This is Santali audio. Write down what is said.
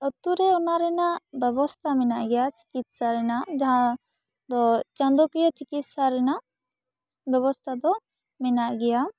ᱟᱛᱳ ᱨᱮ ᱚᱱᱟ ᱨᱮᱱᱟᱜ ᱵᱮᱵᱚᱥᱛᱟ ᱢᱮᱱᱟᱜ ᱜᱮᱭᱟ ᱪᱤᱠᱤᱥᱟ ᱨᱮᱱᱟᱜ ᱡᱟᱦᱟᱸ ᱫᱚ ᱪᱟᱸᱫᱚ ᱠᱤᱭᱟᱹ ᱪᱤᱠᱤᱥᱟ ᱨᱮᱱᱟᱜ ᱵᱮᱵᱚᱥᱛᱟ ᱫᱚ ᱢᱮᱱᱟᱜ ᱜᱮᱭᱟ